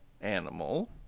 animal